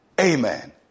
Amen